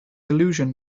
allusion